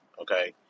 Okay